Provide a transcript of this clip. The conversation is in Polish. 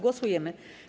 Głosujemy.